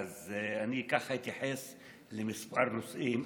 אני אתייחס לכמה נושאים.